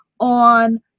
on